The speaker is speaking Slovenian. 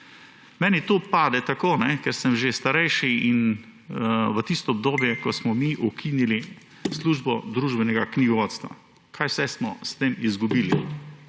Meni to pade tako, ker sem že starejši, in v tisto obdobje, ko smo mi ukinili Službo družbenega knjigovodstva. Kaj vse smo s tem izgubili?